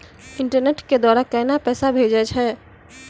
Internet के द्वारा केना पैसा भेजय छै?